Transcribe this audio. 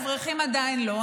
אברכים עדיין לא,